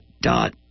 dot